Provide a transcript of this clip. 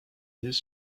this